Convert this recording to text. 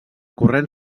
corrent